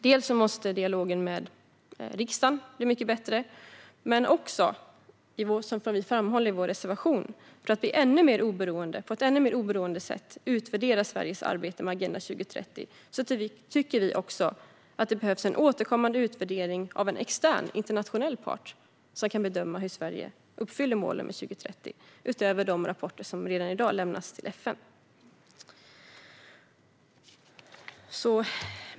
Dels måste dialogen med riksdagen bli mycket bättre, dels, som vi framhåller i vår reservation, vill vi för att på ett ännu mer oberoende sätt utvärdera Sveriges arbete med Agenda 2030 se en återkommande utvärdering av en extern, internationell part som kan bedöma hur Sverige uppfyller målen i Agenda 2030 utöver de rapporter som redan i dag lämnas till FN.